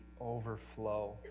overflow